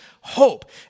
hope